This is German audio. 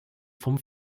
vom